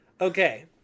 Okay